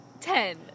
ten